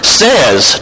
says